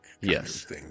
Yes